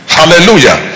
hallelujah